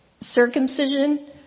circumcision